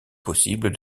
possible